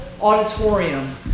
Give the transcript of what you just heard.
auditorium